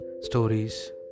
stories